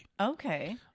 Okay